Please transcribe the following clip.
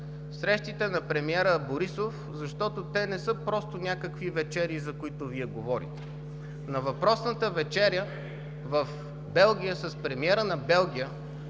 срещите на премиера Борисов, защото те не са просто „някакви вечери“, за които Вие говорите. На въпросната вечеря в Белгия с премиера на Белгия